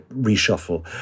reshuffle